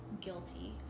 guilty